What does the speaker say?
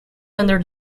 under